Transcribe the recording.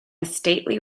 stately